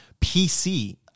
PC